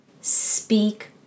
speak